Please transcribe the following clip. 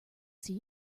see